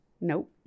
Nope